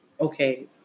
okay